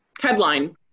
headline